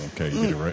okay